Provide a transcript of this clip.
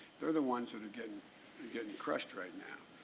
are the ones that are getting and getting crushed right now.